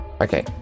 Okay